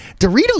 Doritos